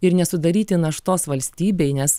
ir nesudaryti naštos valstybei nes